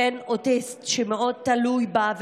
בן אוטיסט שמאוד תלוי בה,